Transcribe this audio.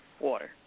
water